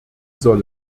soll